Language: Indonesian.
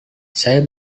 saya